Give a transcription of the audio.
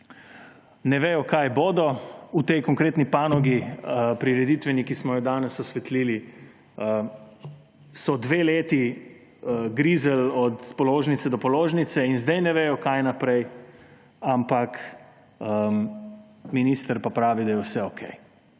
Ne vedo, kaj bodo v tej konkretni panogi, prireditveni, ki smo jo danes osvetlili, so dve leti grizli od položnice do položnice in sedaj ne vedo, kaj naprej, ampak minister pa pravi, da je vse okej.